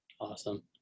Awesome